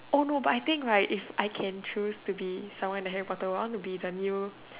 oh no but I think right if I can choose someone to be in the Harry-Potter world I want to be the new